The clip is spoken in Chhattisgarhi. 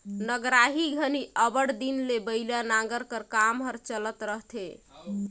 नगराही घनी अब्बड़ दिन ले बइला नांगर कर काम हर चलत रहथे